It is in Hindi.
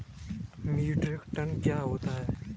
मीट्रिक टन क्या होता है?